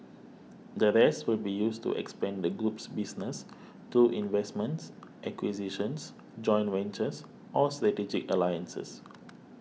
the rest will be used to expand the group's business through investments acquisitions joint ventures or strategic alliances